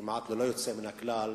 כמעט ללא יוצא מן הכלל,